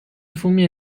封面